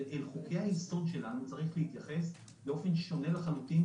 אל חוקי-היסוד שלנו צריך להתייחס באופן שונה לחלוטין,